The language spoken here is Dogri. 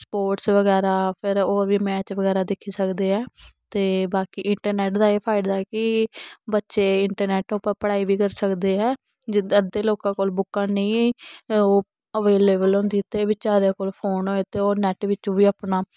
स्पोर्ट्स वगैरा फिर होर बी मैच वगैरा दिक्खी सकदे ऐ ते बाकी इंटरनेट दा एह् फायदा कि बच्चे इंटरनेट उप्पर पढ़ाई वी करी सकदे ऐ जिंदे अध्दे लोकां कोल बुक्कां नेईं ओह् अवेलेवल होंदी ते बेचारे कोल फोन होए ते ओह् नेट बिच्चूं वी अपना